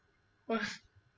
!wah!